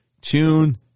Tune